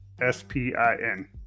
s-p-i-n